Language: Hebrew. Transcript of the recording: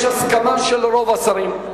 יש הסכמה של רוב השרים,